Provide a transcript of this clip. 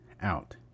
out